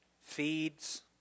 feeds